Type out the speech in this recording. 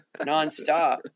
nonstop